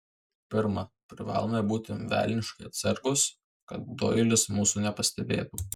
pirma privalome būti velniškai atsargūs kad doilis mūsų nepastebėtų